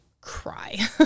cry